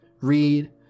read